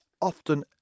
often